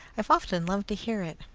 i have often loved to hear it.